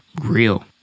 real